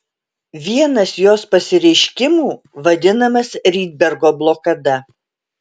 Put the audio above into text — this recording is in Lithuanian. vienas jos pasireiškimų vadinamas rydbergo blokada